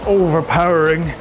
overpowering